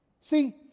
See